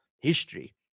history